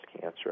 cancer